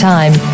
Time